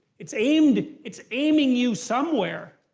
it's aimed, it's aiming you somewhere.